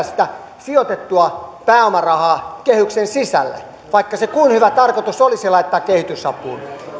sitä sijoitettua pääomarahaa kehyksen sisälle vaikka se kuinka hyvä tarkoitus olisi laittaa kehitysapuun